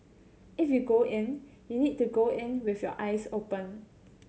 if you go in you need to go in with your eyes open